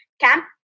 Camp